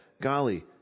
golly